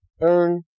earn